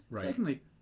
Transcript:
Secondly